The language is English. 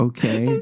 Okay